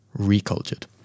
Recultured